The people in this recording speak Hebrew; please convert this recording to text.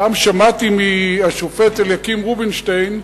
פעם שמעתי מהשופט אליקים רובינשטיין,